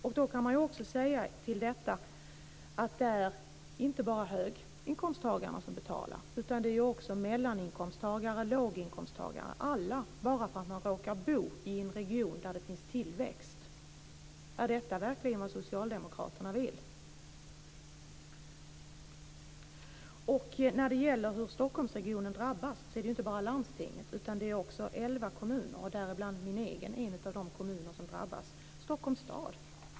Till detta kan läggas att det är inte bara höginkomsttagarna som betalar utan också mellan och låginkomsttagare - ja, alla - bara därför att man råkar bo i en region där det finns tillväxt. Är detta verkligen vad Socialdemokraterna vill? När det gäller hur Stockholmsregionen drabbas är det inte bara fråga om landstinget utan det är också fråga om elva kommuner. Min kommun är en av de kommuner som drabbas, Stockholms stad.